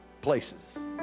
places